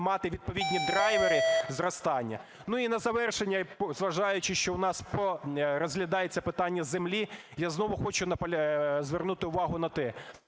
мати відповідні драйвери зростання. І на завершення, зважаючи, що у нас розглядається питання землі, я знову хочу звернути увагу на те,